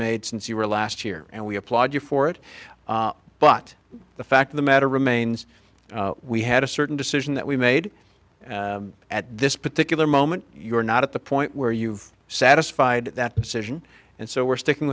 made since you were last year and we applaud you for it but the fact of the matter remains we had a certain decision that we made at this particular moment you're not at the point where you've satisfied that decision and so we're sticking